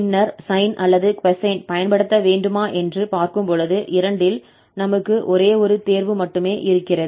பின்னர் சைன் அல்லது கொசைன் பயன்படுத்த வேண்டுமா என்று பார்க்கும்பொழுது இரண்டில் நமக்கு ஒரே ஒரு தேர்வு மட்டுமே இருக்கிறது